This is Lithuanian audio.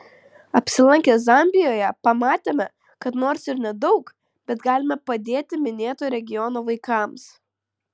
apsilankę zambijoje pamatėme kad nors ir nedaug bet galime padėti minėto regiono vaikams